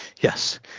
Yes